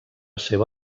seva